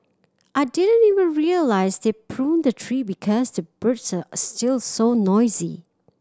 I didn't even realise they pruned the tree because the birds are still so noisy